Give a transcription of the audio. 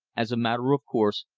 as a matter of course,